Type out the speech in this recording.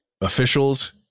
officials